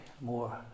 more